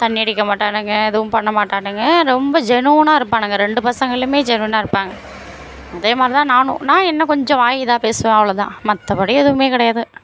தண்ணி அடிக்க மாட்டானுங்க எதுவும் பண்ண மாட்டானுங்க ரொம்ப ஜெனூனா இருப்பானுங்க ரெண்டு பசங்களுமே ஜெனூனா இருப்பாங்க அதே மாதிரி தான் நானும் நான் என்ன கொஞ்சம் வாய் இதாக பேசுவேன் அவ்வளோ தான் மற்றபடி எதுவுமே கிடையாது